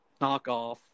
knockoff